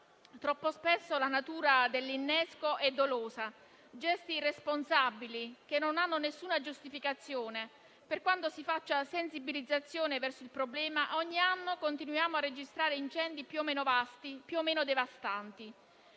Troppo spesso la natura dell'innesco è dolosa: gesti irresponsabili che non hanno nessuna giustificazione. Per quanto si faccia sensibilizzazione verso il problema, ogni anno continuiamo a registrare incendi più o meno vasti